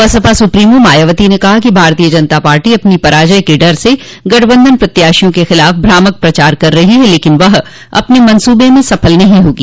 Baspa supremo Mayawati ने कहा कि भारतीय जनता पार्टी अपनी पराजय के डर से गठबंधन के प्रत्याशियों के खिलाफ भ्रामक प्रचार कर रही है लेकिन वह अपने मंसूबे में सफल नहीं होगी